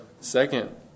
Second